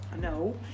No